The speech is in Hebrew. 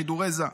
לא משנה.